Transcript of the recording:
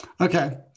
okay